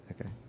Okay